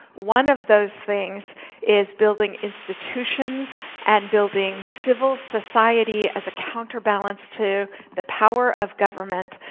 one of those things is building institutions and building civil society as a counterbalance to the power of government.